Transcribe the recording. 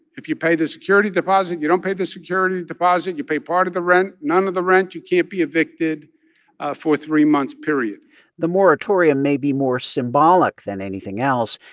if you pay the security deposit, you don't pay the security deposit, you pay part of the rent, none of the rent, you can't be evicted for three months, period the moratorium may be more symbolic than anything else.